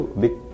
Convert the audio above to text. big